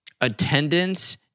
Attendance